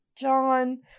john